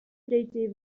третьей